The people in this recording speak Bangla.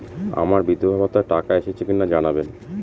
আমার বিধবাভাতার টাকা এসেছে কিনা জানাবেন?